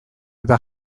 eta